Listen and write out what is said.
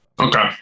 okay